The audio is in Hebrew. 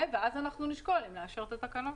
ואז נשקול אם לאשר את התקנות.